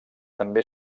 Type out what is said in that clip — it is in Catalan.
també